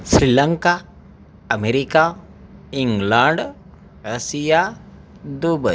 Sri Lanka America England Russia Dubai